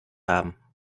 haben